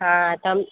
હા તમ